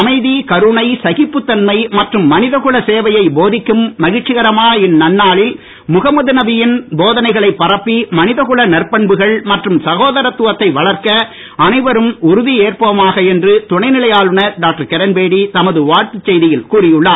அமைதி கருணை சகிப்புத்தன்மை மற்றும் மனிதகுல சேவையை போதிக்கும் மகிழ்ச்சிகரமான இந்நன்னாளில் முகமது நபிகளின் போதனைகளை பரப்பி மனிதகுல நற்பண்புகள் மற்றும் சகோதரதுவத்தை வளர்க்க அனைவரும் உறுதியேற்போமாக என்று துணை நிலை ஆளுநர் டாக்டர் கிரண்பேடி தமது வாழ்த்துச் செய்தியில் கூறி உள்ளார்